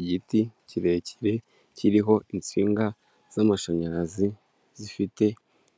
Igiti kirekire kiriho insinga z'amashanyarazi zifite